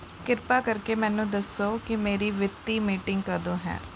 ਕਿਰਪਾ ਕਰਕੇ ਮੈਨੂੰ ਦੱਸੋ ਕਿ ਮੇਰੀ ਵਿੱਤੀ ਮੀਟਿੰਗ ਕਦੋਂ ਹੈ